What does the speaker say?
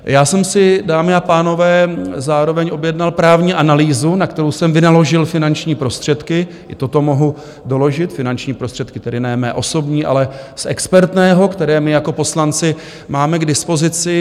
Já jsem si, dámy a pánové, zároveň objednal právní analýzu, na kterou jsem vynaložil finanční prostředky, i toto mohu doložit, finanční prostředky tedy ne mé osobní, ale z expertného, které my jako poslanci máme k dispozici.